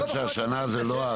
בירוקרטית.